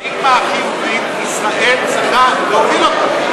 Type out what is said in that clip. הפרדיגמה החיובית, ישראל צריכה להוביל אותה.